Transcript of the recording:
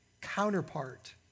counterpart